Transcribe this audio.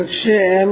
പക്ഷേ ഇത് എം